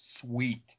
sweet